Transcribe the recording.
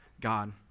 God